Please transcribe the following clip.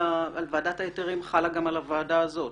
ועדת ההיתרים חלה גם על הוועדה הזאת,